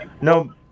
No